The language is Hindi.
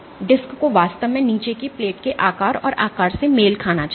डिस्क को वास्तव में नीचे की प्लेट के आकार और आकार से मेल खाना चाहिए